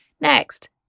Next